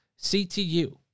CTU